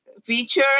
feature